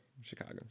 chicago